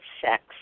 sex